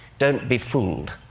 don't be fooled.